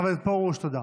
חבר הכנסת פרוש, תודה.